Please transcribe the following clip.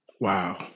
Wow